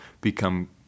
become